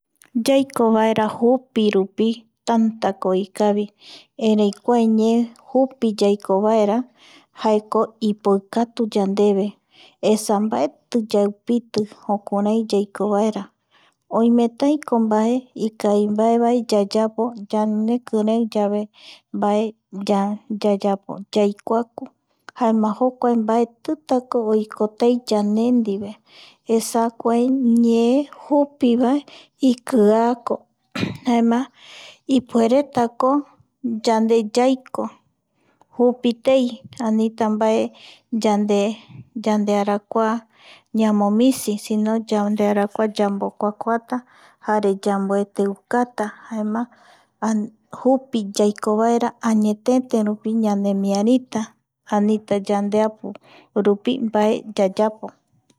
Yaikovaera jupirupi tantako ikavi erei kua ñee jupi yaiko vaerajaeko ipoikatuko yandeve esa mbaeti yande yaupiti jukurai yaiko vaera oimetaiko mbae ikavimbaevae yayapo ñanekirei yave mbae yayapo yaikuaku jaema jokuae mbaetitako oiko tei yande ndie esa kuae ñee jupivae ikiako jaema ipueretako yande yaiko jupitei, anita mbae yande yandearkua ñamomisi sino yandearakua yambokuakuata jare yamboeteukata jaema jupi yaiko vaera añetete rupi ñanemiarita anita yandeapurupi mbae yayapo.